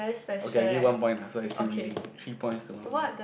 okay I give one point lah so I still winning three points to one point